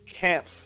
camps